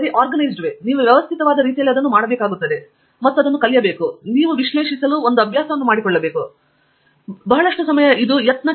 ನೀವು ಏನು ಮಾಡುತ್ತಿರುವಿರಿ ನೀವು ವ್ಯವಸ್ಥಿತವಾದ ರೀತಿಯಲ್ಲಿ ಅದನ್ನು ಮಾಡಬೇಕಾಗುತ್ತದೆ ಮತ್ತು ಅದನ್ನು ಕಲಿಯಬೇಕು ಮತ್ತು ಅದನ್ನು ನೀವು ಪಡೆಯುವದನ್ನು ವಿಶ್ಲೇಷಿಸಲು ಒಂದು ಅಭ್ಯಾಸವನ್ನು ಮಾಡಿಕೊಳ್ಳಿ ಮತ್ತು ನಂತರ ಇದು ಬಹಳಷ್ಟು ಪ್ರಯೋಗ ಮತ್ತು ದೋಷ